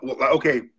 Okay